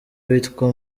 witwa